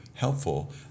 Helpful